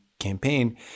campaign